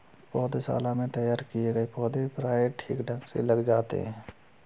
पौधशाला में तैयार किए गए पौधे प्रायः ठीक ढंग से लग जाते हैं